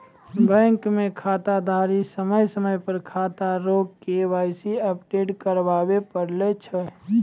bank मे खाताधारी समय समय पर खाता रो के.वाई.सी अपडेट कराबै पड़ै छै